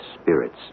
spirits